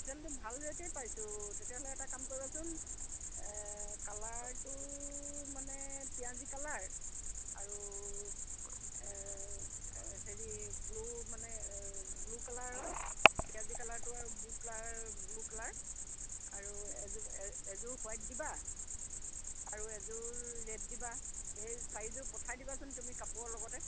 ভাল ৰেটেই পাইছোঁ তেতিয়াহ'লে এটা কাম কৰিবচোন কালাৰটো মানে পিঁয়াজি কালাৰ আৰু হেৰি ব্লু মানে ব্লু কালাৰৰ পিঁয়াজি কালাৰটো আৰু ব্লু কালাৰ ব্লু কালাৰ আৰু এযোৰ এযোৰ হোৱাইট দিবা আৰু এযোৰ ৰেড দিবা সেই চাৰিযোৰ পঠাই দিবাচোন তুমি কাপোৰৰ লগতে